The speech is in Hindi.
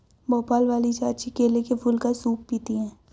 भोपाल वाली चाची केले के फूल का सूप पीती हैं